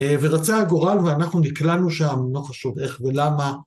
ורצא הגורל ואנחנו נקלענו שם, לא חשוב איך ולמה.